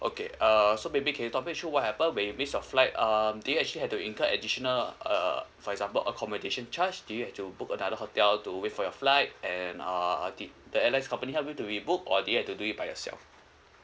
okay uh so maybe can you talk me through what happened when you missed your flight um do you actually have to incur additional uh for example accommodation charge do you have to book another hotel to wait for your flight and uh did the airlines company help you to rebook or do you have to do it by yourself